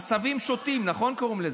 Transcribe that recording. עשבים שוטים קוראים לזה,